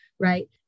right